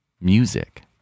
music